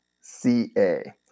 c-a